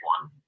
one